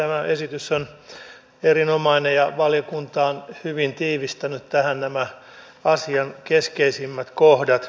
tämä esitys on erinomainen ja valiokunta on hyvin tiivistänyt tähän nämä asian keskeisimmät kohdat